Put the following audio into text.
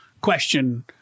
question